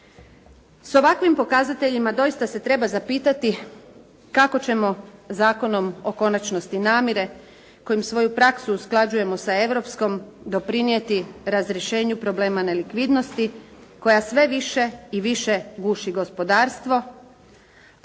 S ovakvim pokazateljima doista se treba zapitati kako ćemo Zakonom o konačnosti namire kojim svoju praksu usklađujemo sa europskom, doprinijeti razrješenju problema nelikvidnosti koja sve više i više guši gospodarstvo,